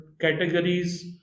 categories